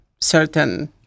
certain